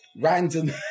random